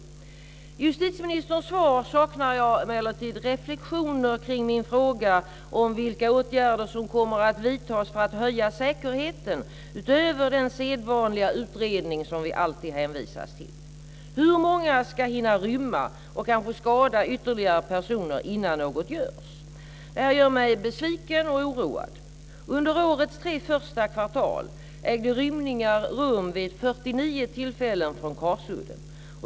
I justitieministerns svar saknar jag emellertid reflexioner kring min fråga om vilka åtgärder som kommer att vidtas för att höja säkerheten utöver den sedvanliga utredning som vi alltid hänvisas till. Hur många ska hinna rymma och kanske skada ytterligare personer innan något görs? Det här gör mig besviken och oroad. Under årets tre första kvartal ägde rymningar rum vid 49 tillfällen från Karsudden.